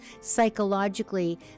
psychologically